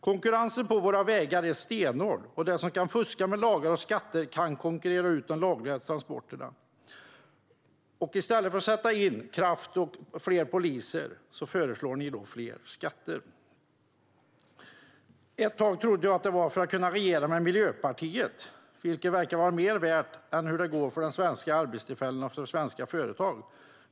Konkurrensen på våra vägar är stenhård, och den som kan fuska med lagar och skatter kan konkurrera ut de lagliga transporterna, men i stället för att sätta in kraft och fler poliser föreslår ni fler skatter. Ett tag trodde jag att det var för att kunna regera med Miljöpartiet, vilket verkar vara mer värt än hur det går för svenska arbetstillfällen och svenska företag.